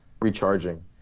recharging